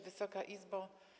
Wysoka Izbo!